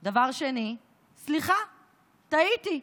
2. סליחה, טעיתי,